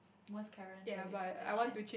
most current valued possession